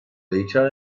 later